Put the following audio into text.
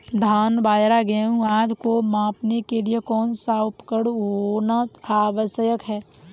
धान बाजरा गेहूँ आदि को मापने के लिए कौन सा उपकरण होना आवश्यक है?